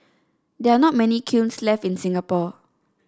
there are not many kilns left in Singapore